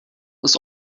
ist